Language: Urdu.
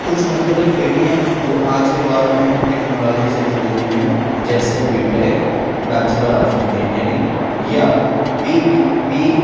کچھ مختلف ڈگریاں جو آج کے دور میں ٹیکنالوجی سے جڑی ہوئی ہیں جیسے B tech bachelor of engineering یا بی بی بی